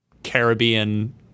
Caribbean